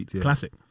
classic